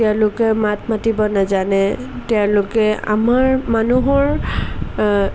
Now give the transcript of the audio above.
তেওঁলোকে মাত মাতিব নেজানে তেওঁলোকে আমাৰ মানুহৰ